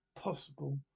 possible